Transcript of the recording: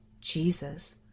Jesus